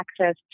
access